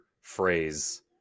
phrase